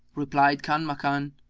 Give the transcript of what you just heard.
replied kanmakan,